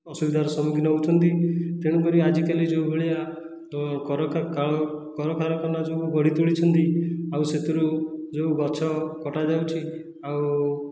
ଅସୁବିଧାର ସମ୍ମୁଖୀନ ହେଉଛନ୍ତି ତେଣୁକରି ଆଜିକାଲି ଯେଉଁ ଭଳିଆ କଳକାରଖାନା ସବୁ ଗଢ଼ି ତୋଳିଛନ୍ତି ଆଉ ସେଥିରୁ ଯେଉଁ ଗଛ କଟା ଯାଉଛି ଆଉ